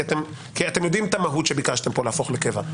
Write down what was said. כי אתם יודעים את המהות שביקשתם פה להפוך לקבע.